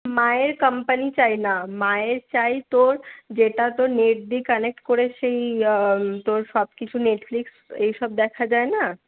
মায়ের কম্পানি চাই না মায়ের চাই তোর যেটা তোর নেট দিয়ে কানেক্ট করে সেই তোর সব কিছু নেটফ্লিক্স এই সব দেখা যায় না